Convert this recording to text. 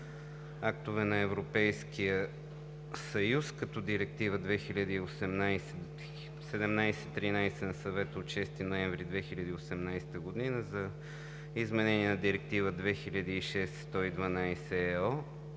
актове на Европейския съюз, като Директива 2018/1713 на Съвета от 6 ноември 2018 г. за изменение на Директива 2006/112/ЕО.